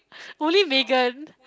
only Megan